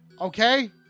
Okay